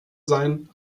sein